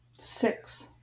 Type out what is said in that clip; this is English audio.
Six